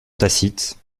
tacite